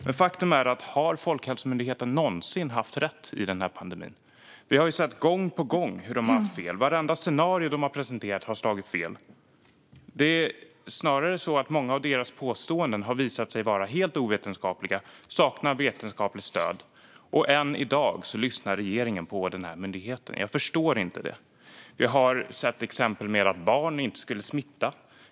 Men har Folkhälsomyndigheten någonsin haft rätt i denna pandemi? Vi har sett gång på gång hur de har haft fel. Vartenda scenario de har presenterat har slagit fel. Det är snarare så att många av deras påståenden har visat sig vara helt ovetenskapliga och sakna vetenskapligt stöd. Än i dag lyssnar regeringen på denna myndighet. Jag förstår inte det. Vi har till exempel hört att barn inte skulle smitta.